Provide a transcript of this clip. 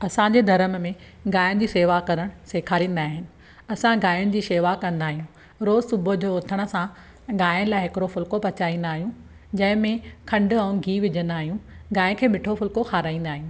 अंसाजे धर्म में गाहिं जी शेवा करणु सेखारींदा आहिनि असां गाहिनि जी शेवा कंदा आहियूं रोज़ु सुबुह जो उथण सां गाहिं लाइ हिकिणो फुलिको पचाईंदा आहियूं जंहिंमें खंड ऐं गिहु विझंदा आहियूं गाहिं खे मिठो फुलिको खाराईंदा आहियूं